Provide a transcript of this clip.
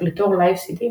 בתקליטור "Live CD",